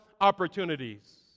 opportunities